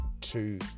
two